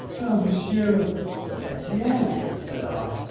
oh, monsieur etienne, said i.